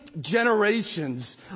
generations